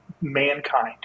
mankind